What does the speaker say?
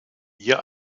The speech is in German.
ihr